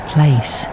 place